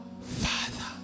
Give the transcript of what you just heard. Father